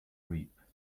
reap